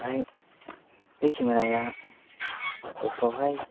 ओमफ्राय बे केमेराया दस्रायावहाय